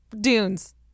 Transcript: Dunes